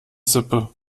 sippe